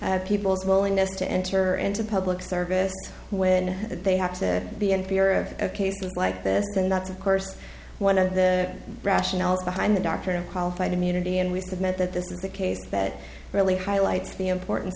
in people's willingness to enter into public service when they have to be in fear of a case like this and that's of course one of the rationale behind the doctrine of qualified immunity and we submit the this is the case that really highlights the importance